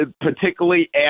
particularly